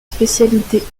spécialités